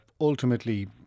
ultimately